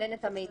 שתסנן את המידע.